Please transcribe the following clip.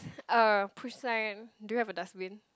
uh do you have a dustbin